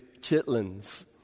chitlins